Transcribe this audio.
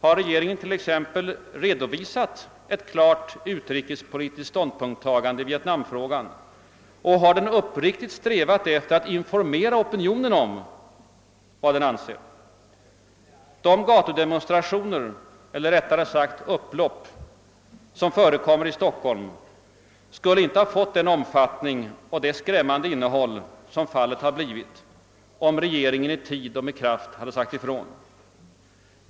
Har regeringen t.ex. redovisat ett klart utrikespolitiskt ståndpunktstagande i vietnamfrågan och har den appriktigt strävat efter att informera opinionen om vad den anser? De gatudemonstrationer, eller rättare sagt upplopp, som förekommer i Stockholm, skulle inte ha fått den omfattning och det skrämmande innehåll som fallet blivit, om regeringen i tid och med kraft sagt ifrån.